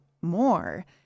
more